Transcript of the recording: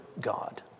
God